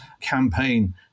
campaign